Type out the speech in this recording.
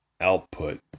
output